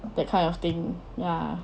that kind of thing ya